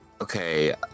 Okay